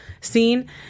scene